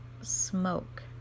smoke